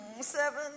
Seven